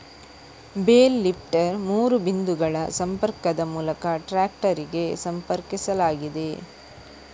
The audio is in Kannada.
ಬೇಲ್ ಲಿಫ್ಟರ್ ಮೂರು ಬಿಂದುಗಳ ಸಂಪರ್ಕದ ಮೂಲಕ ಟ್ರಾಕ್ಟರಿಗೆ ಸಂಪರ್ಕಿಸಲಾಗಿದೆ